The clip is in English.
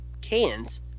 cans